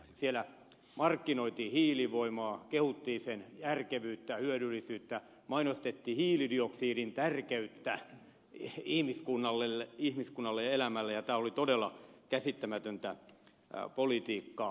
siellä markkinoitiin hiilivoimaa kehuttiin sen järkevyyttä hyödyllisyyttä mainostettiin hiilidioksidin tärkeyttä ihmiskunnalle ja elämälle ja tämä oli todella käsittämätöntä politiikkaa